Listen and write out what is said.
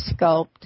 sculpt